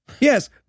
Yes